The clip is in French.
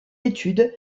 études